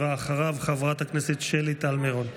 אחריו, חברת הכנסת שלי טל מירון.